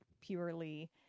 purely